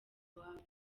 iwabo